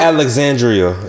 Alexandria